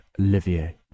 Olivier